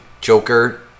Joker